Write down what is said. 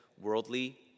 worldly